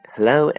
Hello